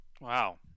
Wow